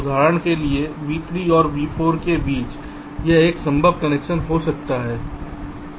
उदाहरण के लिए v3 और v4 के बीच यह एक संभव कनेक्शन हो सकता है